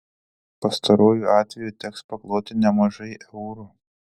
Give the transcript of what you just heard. pastaruoju atveju teks pakloti nemažai eurų